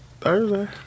Thursday